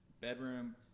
bedroom